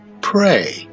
pray